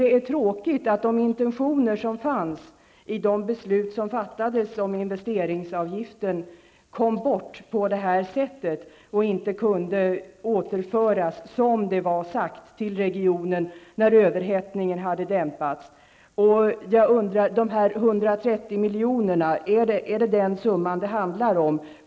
Det är tråkigt att intentionerna i beslut som fattats tidigare om investeringsavgiften på det här sättet har kommit bort. Det är synd att det inte gick att få en återföring till regionen, som det var sagt, när överhettningen väl dämpats. Jag undrar hur det förhåller sig med de 130 miljonerna. Är det den summan som det handlar om?